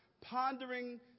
pondering